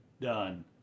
done